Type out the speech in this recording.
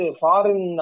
foreign